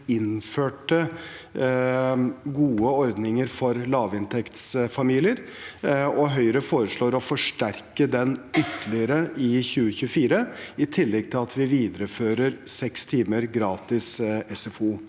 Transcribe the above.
innførte gode ordninger for lavinntektsfamilier, og Høyre foreslår å forsterke dette ytterligere i 2024, i tillegg til at vi viderefører seks timer gratis SFO.